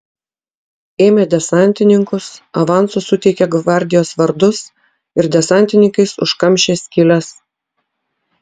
ėmė desantininkus avansu suteikė gvardijos vardus ir desantininkais užkamšė skyles